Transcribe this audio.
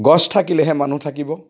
গছ থাকিলেহে মানুহ থাকিব